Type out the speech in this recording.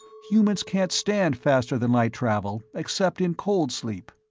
humans can't stand faster-than-light travel, except in cold-sleep.